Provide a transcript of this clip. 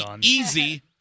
easy